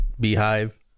beehive